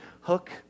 Hook